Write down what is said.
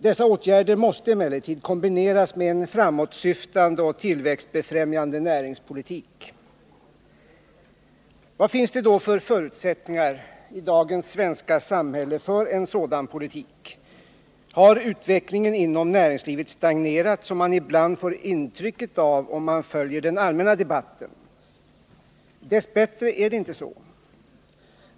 Dessa åtgärder måste emellertid kombineras med en framåtsyftande och tillväxtbefrämjande näringspolitik. Vad finns det då för förutsättningar i dagens svenska samhälle för en sådan politik? Har utvecklingen inom näringslivet stagnerat, som man ibland får intryck av om man följer den allmänna debatten? Dess bättre är det inte så.